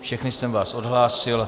Všechny jsem vás odhlásil.